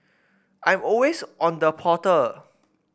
I'm always on the portal